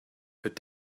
put